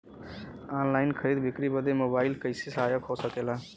Online खरीद बिक्री बदे मोबाइल कइसे सहायक हो सकेला?